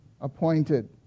appointed